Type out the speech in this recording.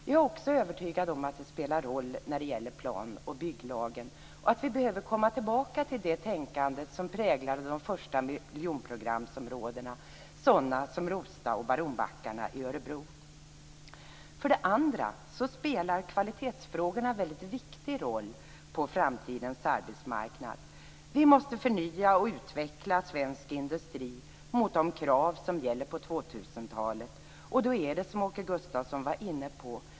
Jag är också övertygad om att de spelar roll när det gäller plan och bygglagen och att vi behöver komma tillbaka till det tänkande som präglade de första miljonprogramsområdena, sådana som Rosta och Baronbackarna i Örebro. För det andra spelar kvalitetsfrågorna en väldigt viktig roll på framtidens arbetsmarknad. Vi måste förnya och utveckla svensk industri för att möta de krav som gäller på 2000-talet. Då är det som Åke Gustavsson var inne på.